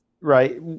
right